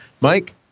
Mike